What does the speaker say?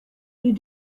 you